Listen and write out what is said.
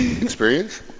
experience